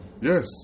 Yes